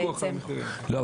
ממה